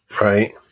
right